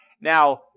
Now